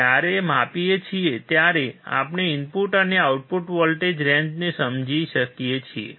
જ્યારે આપણે માપીએ છીએ ત્યારે આપણે ઇનપુટ અને આઉટપુટ વોલ્ટેજ રેંજને સમજી શકીએ છીએ